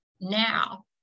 now